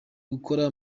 gukora